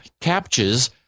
captures